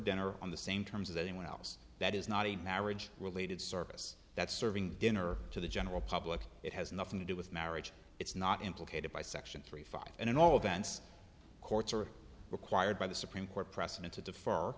dinner on the same terms as anyone else that is not a marriage related service that's serving dinner to the general public it has nothing to do with marriage it's not implicated by section three five and in all dance courts are required by the supreme court precedent to defer